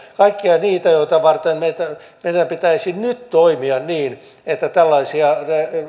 kaikkia niitä joita varten meidän pitäisi nyt toimia niin että tällaisia